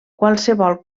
qualsevol